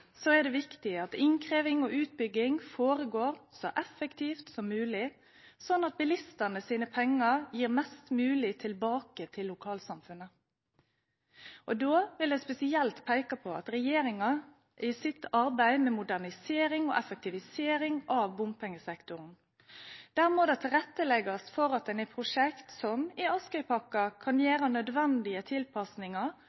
så effektivt som mulig, sånn at bilistenes penger gir mest mulig tilbake til lokalsamfunnet. Da vil jeg spesielt peke på at regjeringen i sitt arbeid med modernisering og effektivisering av bompengesektoren må tilrettelegge for at en i prosjekter som Askøypakken, kan